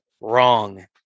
Wrong